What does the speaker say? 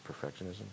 perfectionism